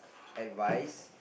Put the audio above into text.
advice